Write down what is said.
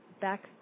back